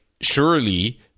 surely –